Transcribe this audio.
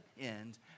end